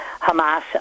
Hamas